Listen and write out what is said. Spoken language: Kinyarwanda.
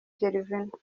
gervinho